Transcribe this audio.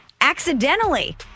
accidentally